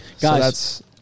Guys